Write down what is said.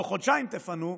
תוך חודשיים תפנו,